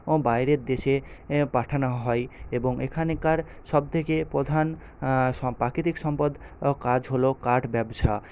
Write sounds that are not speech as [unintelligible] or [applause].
বাইরের দেশে পাঠানো হয় এবং এখানকার সবথেকে প্রধান [unintelligible] প্রাকৃতিক সম্পদ কাজ হল কাঠ ব্যবসা